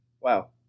Wow